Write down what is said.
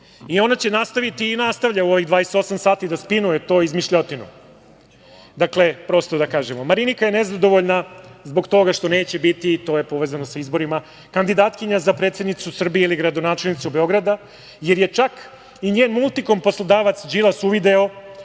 Ona će nastaviti i nastavlja u ovih 28 sati da spinuje tu izmišljotinu. Dakle, prosto da kažemo, Marinika je nezadovoljna zbog toga što neće biti, to je povezano sa izborima, kandidatkinja za predsednicu Srbije ili gradonačelnicu Beograda, jer je čak i njen „Multikom“ poslodavac Đilas uvideo